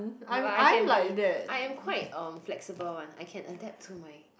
I can be I am quite um flexible [one] I can adapt to my